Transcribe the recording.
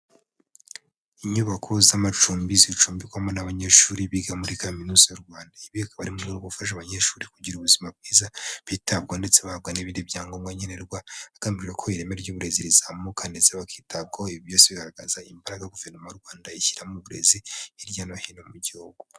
Inyubako z'amacumbi zicumbikwamo n'abanyeshuri biga muri Kaminuza y'u Rwanda. Ibi akaba ari mu rwego rwo gufasha abanyeshuri kugira ubuzima bwiza, bitabwaho ndetse bahabwa n'ibindi byangombwa nkenerwa, hagambiriwe ko ireme ry'uburezi rizamuka ndetse bakitabwaho, ibi byose bigaragaza imbaraga Guverinoma y'u Rwanda ishyira mu burezi, hirya no hino mu gihugu.